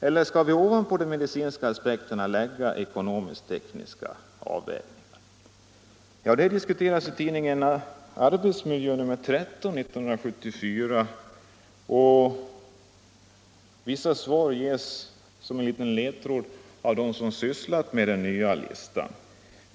Eller skall vi ovanpå de medicinska aspekterna lägga ekonomiskt-tekniska avvägningar? I tidningen Arbetsmiljö nr 13 1974 ger de som sysslat med utformningen av listan en liten ledtråd.